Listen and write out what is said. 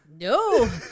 no